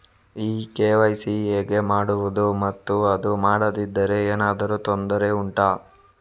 ಈ ಕೆ.ವೈ.ಸಿ ಹೇಗೆ ಮಾಡುವುದು ಮತ್ತು ಅದು ಮಾಡದಿದ್ದರೆ ಏನಾದರೂ ತೊಂದರೆ ಉಂಟಾ